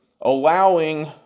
allowing